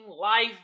life